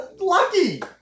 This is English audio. lucky